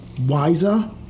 wiser